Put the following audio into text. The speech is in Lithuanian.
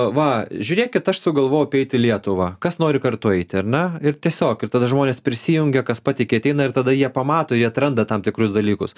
va žiūrėkit aš sugalvojau apeiti lietuvą kas nori kartu eiti ar ne ir tiesiog ir tada žmonės prisijungia kas patiki ateina ir tada jie pamato jie atranda tam tikrus dalykus